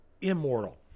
immortal